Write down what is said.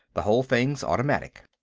the whole thing's automatic.